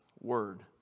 word